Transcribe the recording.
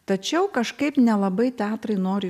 tačiau kažkaip nelabai teatrai noriai